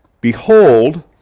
Behold